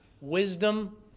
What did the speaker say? wisdom